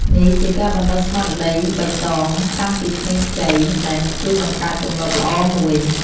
នេះជាការបណ្ដុះស្មារតីបៃតងតាំងពីក្មេងខ្ចី ដែលនឹងជួយបង្កើតទម្លាប់ល្អមួយ។